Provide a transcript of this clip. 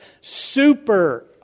super